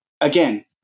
again